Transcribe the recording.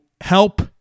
help